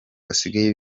basigaye